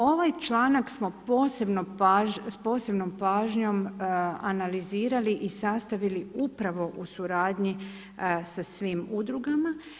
Ovaj članak smo s posebnom pažnjom analizirali i sastavili upravo u suradnji sa svim udrugama.